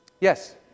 Yes